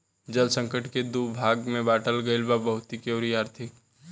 जल संकट के दू भाग में बाटल गईल बा भौतिक अउरी आर्थिक